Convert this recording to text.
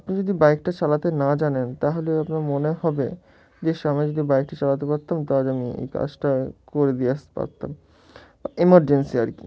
আপনি যদি বাইকটা চালাতে না জানেন তাহলে আপনার মনে হবে যে স্বামী যদি বাইকটা চালাতে পারতাম তা আজ আমি এই কাজটা করে দিয়ে আসতে পারতাম বা এমার্জেন্সি আর কি